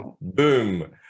Boom